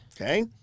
Okay